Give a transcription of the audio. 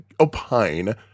opine